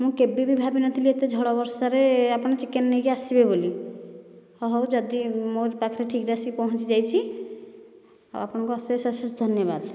ମୁଁ କେବେବି ଭାବିନଥିଲି ଏତେ ଝଡ଼ ବର୍ଷାରେ ଆପଣ ଚିକେନ ନେଇକି ଆସିବେ ବୋଲି ହଁ ହେଉ ଯଦି ମୋ' ପାଖରେ ଠିକ୍ରେ ଆସିକି ପହଞ୍ଚିଯାଇଚି ଆଉ ଆପଣଙ୍କୁ ଅଶେଷ ଅଶେଷ ଧନ୍ୟବାଦ